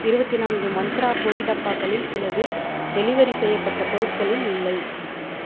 இருபத்தி நான்கு மந்த்ரா பொரி டப்பாக்களில் சிலது டெலிவரி செய்யப்பட்ட பொருட்களில் இல்லை